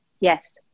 yes